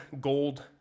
gold